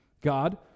God